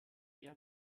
erden